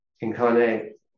incarnate